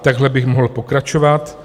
Takhle bych mohl pokračovat.